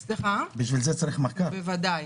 בוודאי.